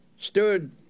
stood